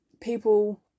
people